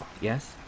yes